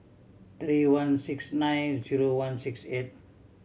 three one six nine zero one six eight